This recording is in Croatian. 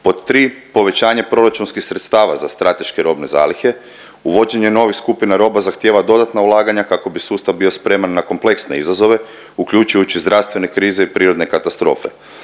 Pod tri, povećanje proračunskih sredstava za strateške robne zalihe, uvođenje novih skupina roba zahtijeva dodatna ulaganja kako bi sustav bio spreman na kompleksne izazove uključujući zdravstvene krize i prirodne katastrofe.